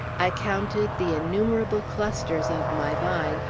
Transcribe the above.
i counted the innumerable clusters of my vine,